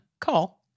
call